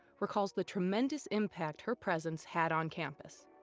recalls the tremendous impact her presence had on campus.